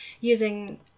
using